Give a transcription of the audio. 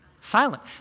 silent